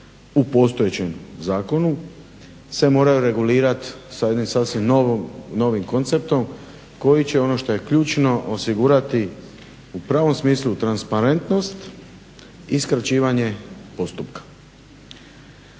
u postojećem zakonu se moraju regulirat sa jednim sasvim novim konceptom koji će ono što je ključno osigurati u pravom smislu transparentnost i skraćivanje postupka.